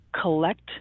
collect